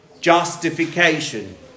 justification